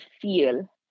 feel